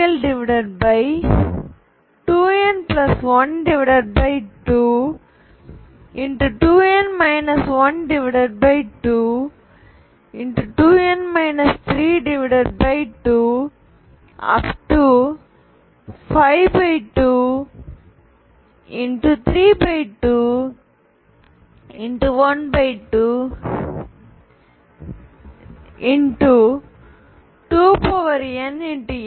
2n122n 122n 3252